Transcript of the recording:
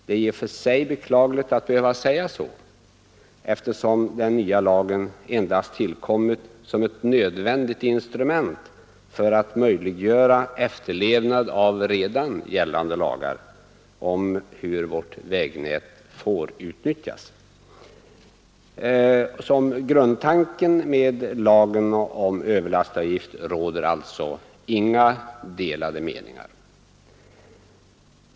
Det är i och för sig beklagligt att behöva säga så, eftersom den nya lagen endast tillkommit som ett nödvändigt instrument för att möjliggöra efterlevnad av redan gällande lagar om hur vårt vägnät får utnyttjas. Om grundtanken med lagen om överlastavgift råder alltså inga delade meningar.